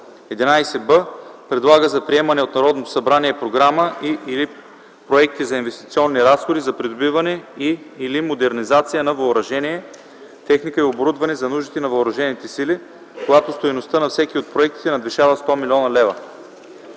11б. предлага за приемане от Народното събрание програма и/или проекти за инвестиционни разходи за придобиване и/или модернизация на въоръжение, техника и оборудване за нуждите на въоръжените сили, когато стойността на всеки от проектите надвишава 100 млн. лв.;”